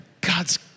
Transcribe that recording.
God's